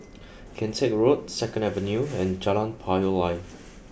Kian Teck Road Second Avenue and Jalan Payoh Lai